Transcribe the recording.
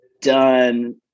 done